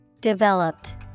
Developed